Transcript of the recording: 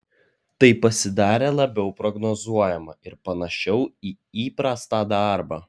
tai pasidarė labiau prognozuojama ir panašiau į įprastą darbą